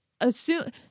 assume